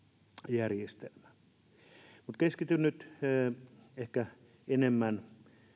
järjestelmä mutta keskityn nyt ehkä enemmän